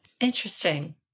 Interesting